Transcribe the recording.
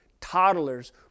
toddlers